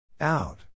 out